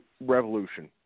Revolution